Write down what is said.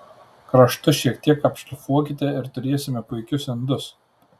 kraštus šiek tiek apšlifuokite ir turėsime puikius indus